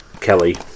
Kelly